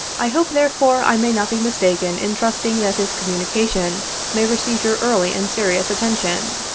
i hope, therefore, i may not be mistaken, in trusting that this communication may receive your early and serious attention.